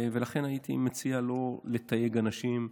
לכן הייתי מציע לא לתייג אנשים,